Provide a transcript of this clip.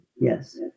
Yes